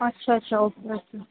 अच्छा अच्छा okay okay